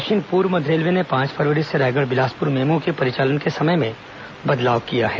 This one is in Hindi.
दक्षिण पूर्व मध्य रेलवे ने पांच फरवरी से रायगढ़ बिलासपुर मेमू के परिचालन समय में बदलाव किया है